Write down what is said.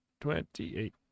Twenty-eight